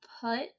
put